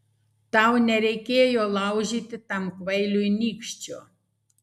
tau nereikėjo laužyti tam kvailiui nykščio